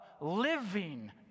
living